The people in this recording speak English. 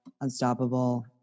unstoppable